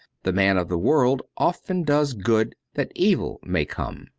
the man of the world often does good that evil may come.